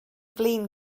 flin